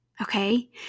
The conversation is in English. Okay